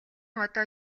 одоо